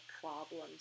problems